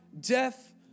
death